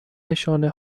نشانه